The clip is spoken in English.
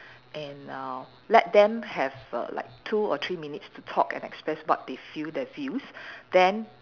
and uh let them have err like two or three minutes to talk and express what they feel their views then